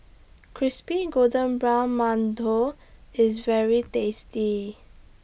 Crispy Golden Brown mantou IS very tasty